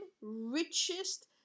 richest